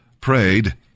prayed